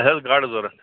اَسہِ آسہٕ گاڈٕ ضروٗرت